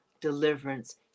deliverance